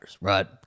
right